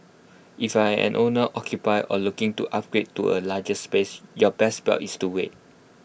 if I am an owner occupier or looking to upgrade to A larger space your best bet is to wait